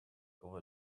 over